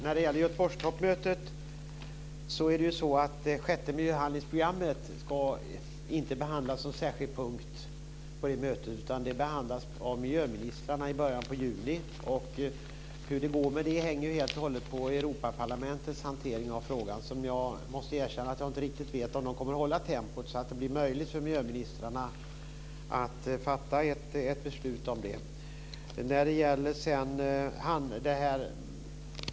Fru talman! På Göteborgstoppmötet ska inte det sjätte miljöhandlingsprogrammet behandlas som särskild punkt, utan det behandlas av miljöministrarna i början av juni. Hur det går med det hänger helt och hållet på Europaparlamentets hantering av frågan. Jag måste erkänna att jag inte riktig vet om de kommer att hålla tempot så att det blir möjligt för miljöministrarna att fatta ett beslut om det.